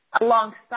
alongside